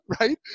right